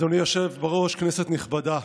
אדוני היושב-ראש, כנסת נכבדה,